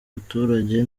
baturage